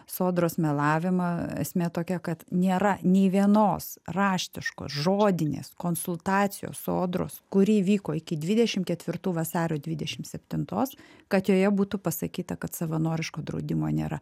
sodros melavimą esmė tokia kad nėra nei vienos raštiškos žodinės konsultacijos sodros kuri įvyko iki dvidešim ketvirtų vasario dvidešim septintos kad joje būtų pasakyta kad savanoriško draudimo nėra